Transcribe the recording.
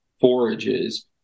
forages